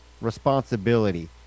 responsibility